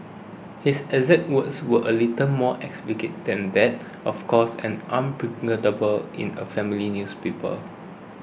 his exact words were a little more explicit than that of course and unprintable in a family newspaper